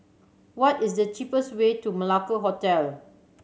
what is the cheapest way to Malacca Hotel